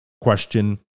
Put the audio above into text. question